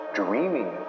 dreaming